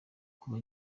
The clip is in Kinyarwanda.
kuba